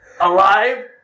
alive